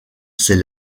ses